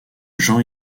jean